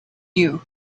you